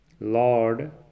Lord